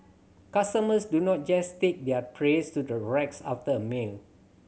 customers do not just take their trays to the racks after a meal